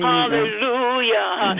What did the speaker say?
Hallelujah